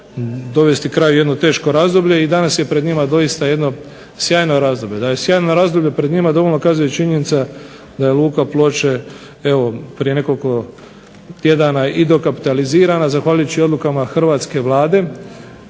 dovesti kraju jedno teško razdoblje i danas je pred njima jedno sjajno razdoblje. Da je sjajno razdoblje pred njima dovoljno kazuje činjenica da je Luka Ploče prije nekoliko tjedana i dokapitalizirana zahvaljujući odlukama Hrvatske vlade